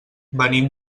venim